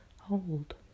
hold